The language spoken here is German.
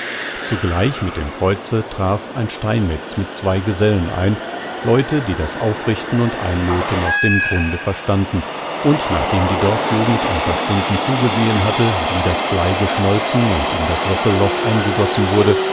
zugleich mit dem kreuze traf ein steinmetz mit zwei gesellen ein leute die das aufrichten und einlöthen aus dem grunde verstanden und nachdem die dorfjugend ein paar stunden zugesehen hatte wie das blei geschmolzen und in das sockelloch eingegossen wurde